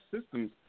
systems